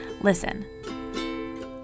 listen